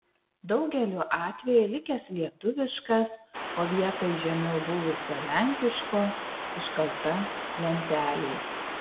daugeliu atveju likęs lietuviškas o vietoj žemiau buvusio lenkiško užkalta lentelė